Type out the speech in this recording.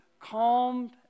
calmed